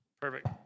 Perfect